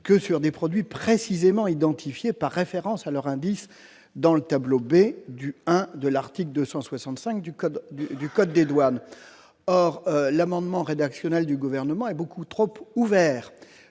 que sur des produits précisément identifiés par référence à leur indice dans le tableau B du I de l'article 265 du code du code des douanes, or l'amendement rédactionnel du gouvernement est beaucoup trop tôt ouvert,